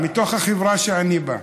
מתוך החברה שאני בא ממנה.